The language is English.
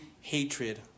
hatred